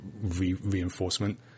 reinforcement